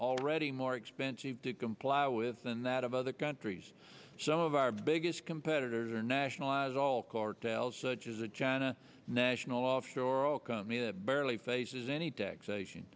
already more expensive to comply with than that of other countries some of our biggest competitors are nationalize all cartels such as a china national offshore oil company that barely faces any taxation